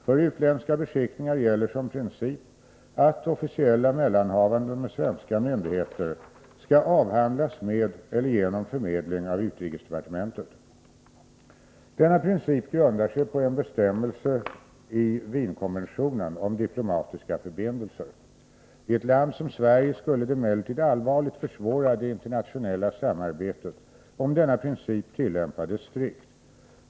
För utländska beskickningar gäller som princip att officiella mellanhavanden med svenska myndigheter skall avhandlas med eller genom förmedling av utrikesdepartementet. Denna princip grundar sig på en bestämmelse i Wienkonventionen om diplomatiska förbindelser. I ett land som Sverige skulle det emellertid allvarligt försvåra det internationella samarbetet om denna princip tillämpades strikt.